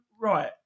right